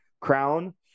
crown